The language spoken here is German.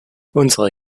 unsere